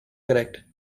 correct